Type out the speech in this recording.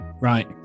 Right